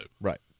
Right